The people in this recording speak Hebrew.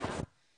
בוקר טוב לכולם.